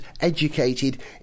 educated